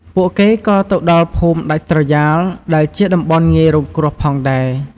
ពួកគេក៏ទៅដល់ភូមិដាច់ស្រយាល ដែលជាតំបន់ងាយរងគ្រោះផងដែរ។